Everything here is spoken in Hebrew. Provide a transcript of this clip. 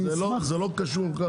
זה לא קשור כאן.